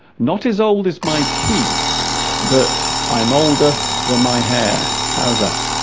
not as old as my teeth but i'm older than my hair how's that